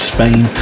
Spain